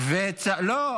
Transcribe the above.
לא,